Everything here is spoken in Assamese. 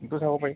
সেইটোও চাব পাৰি